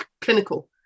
clinical